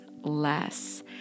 less